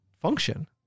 function